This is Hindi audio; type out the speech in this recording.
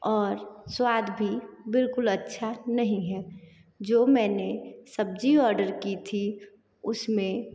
और स्वाद भी बिल्कुल अच्छा नहीं है जो मैंने सब्जी ऑर्डर की थी उसमें